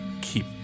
keep